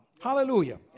Hallelujah